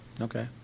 Okay